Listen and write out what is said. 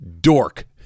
dork